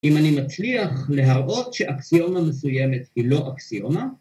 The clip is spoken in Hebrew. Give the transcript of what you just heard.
‫אם אני מצליח להראות ‫שאקסיומה מסוימת היא לא אקסיומה...